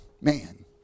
Man